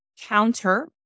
counter